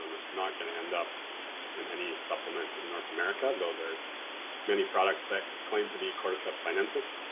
um it's not gonna end up in any supplement in north america, though there's many products that claim to be cordyceps sinensis.